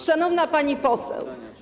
Szanowna Pani Poseł!